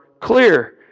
clear